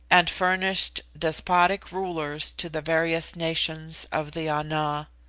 and furnished despotic rulers to the various nations of the ana.